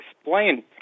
explain